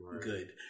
good